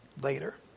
later